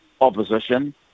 opposition